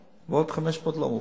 500,000, ועוד 500,000 לא מאובחנים.